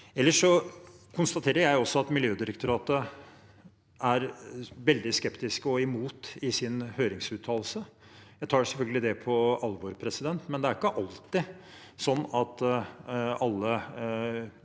Jeg konstaterer også at Miljødirektoratet er veldig skeptisk og imot i sin høringsuttalelse. Jeg tar selvfølgelig det på alvor, men det er ikke alltid slik at alle etater